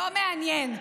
לא מעניין.